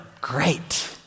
Great